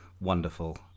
Wonderful